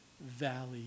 valley